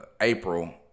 April